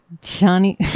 johnny